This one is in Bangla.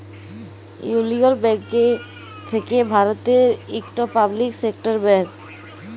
ইউলিয়ল ব্যাংক থ্যাকে ভারতের ইকট পাবলিক সেক্টর ব্যাংক